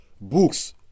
books